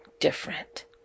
different